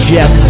Jeff